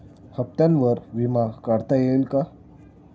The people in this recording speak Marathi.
हप्त्यांवर विमा काढता येईल का?